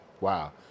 Wow